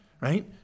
Right